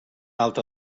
alta